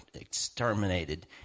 exterminated